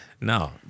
no